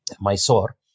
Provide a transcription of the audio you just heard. Mysore